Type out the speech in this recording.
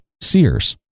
Sears